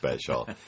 special